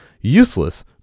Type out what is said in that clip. useless